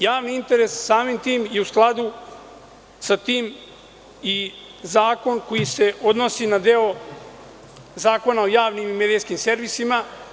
Javni interes, samim tim, je u skladu sa tim i zakon koji se odnosi na deo Zakona o javnim i medijskim servisima.